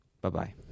Bye-bye